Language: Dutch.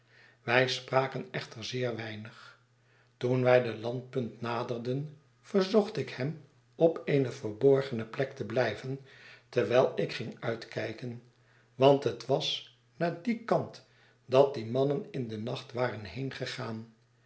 wij spraken echter zeer weinig toen wij de landpunt naderden verzocht ik hem op eene verborgene plek te blijven terwijl ik ging uitkijken want het was naar dien kant dat die mannen in den nacht waren heengegaan